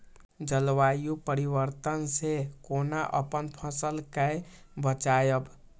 जलवायु परिवर्तन से कोना अपन फसल कै बचायब?